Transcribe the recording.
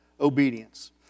obedience